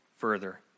Further